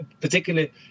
particularly